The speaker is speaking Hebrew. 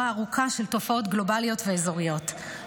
ארוכה של תופעות גלובליות ואזוריות,